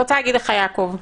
יעקב,